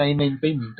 995 metre